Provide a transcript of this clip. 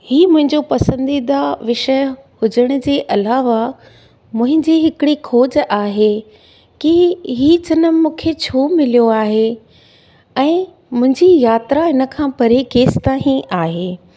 हीउ मुंहिंजो पसंदीदा विषय हुजण जे अलावा मुंहिंजी हिकिड़ी खोज आहे की हीउ जनमु मूंखे छो मिलियो आहे ऐं मुंहिंजी यात्रा हिन खां परे केसिताईं आहे